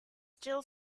still